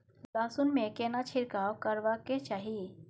लहसुन में केना छिरकाव करबा के चाही?